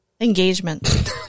Engagement